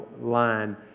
line